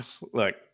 Look